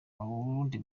n’undi